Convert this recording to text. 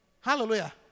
Hallelujah